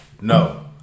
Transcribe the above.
No